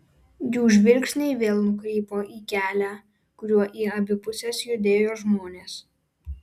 jų žvilgsniai vėl nukrypo į kelią kuriuo į abi puses judėjo žmonės